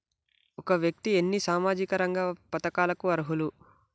ఒక వ్యక్తి ఎన్ని సామాజిక రంగ పథకాలకు అర్హులు?